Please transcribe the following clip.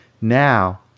Now